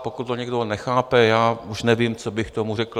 Pokud to někdo nechápe, já už nevím, co bych k tomu řekl.